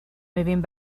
moving